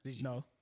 No